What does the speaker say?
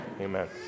Amen